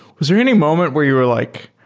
was there any moment where you're like,